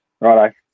Righto